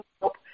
help